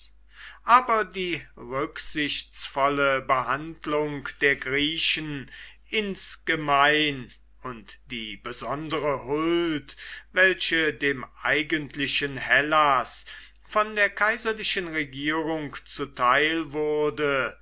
aber die rücksichtsvolle behandlung der griechen insgemein und die besondere huld welche dem eigentlichen hellas von der kaiserlichen regierung zuteil wurde